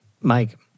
Mike